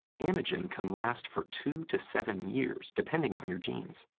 anagen can last for two to seven years, depending on your genes.